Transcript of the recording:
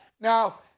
Now